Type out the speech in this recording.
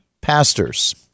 pastors